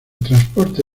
transporte